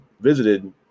visited